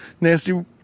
Nasty